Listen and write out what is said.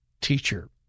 teacher